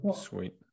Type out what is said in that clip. Sweet